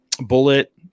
bullet